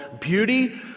Beauty